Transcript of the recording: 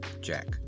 Jack